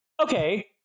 Okay